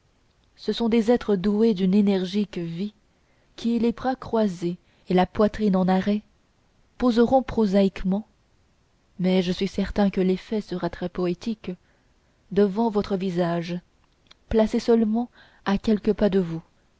ce sont des êtres doués d'une énergique vie qui les bras croisés et la poitrine en arrêt poseront prosaïquement mais je suis certain que l'effet sera très poétique devant votre visage placés seulement à quelques pas de vous